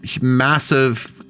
massive